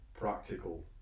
practical